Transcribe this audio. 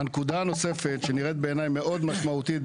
נקודה נוספת שנראית בעיניי מאוד משמעותית,